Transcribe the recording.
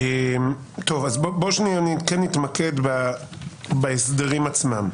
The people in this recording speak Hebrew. אז בואו נתמקד בהסדרים עצמם.